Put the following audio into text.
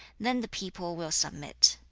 then the people will submit.